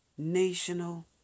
national